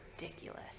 ridiculous